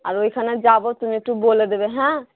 আর ওইখানে যাবো তুমি একটু বলে দেবে হ্যাঁ